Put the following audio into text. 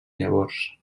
llavors